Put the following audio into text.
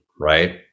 right